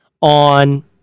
on